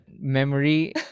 memory